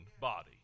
body